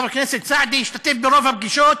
חבר הכנסת סעדי השתתף ברוב הפגישות.